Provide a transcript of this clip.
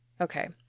Okay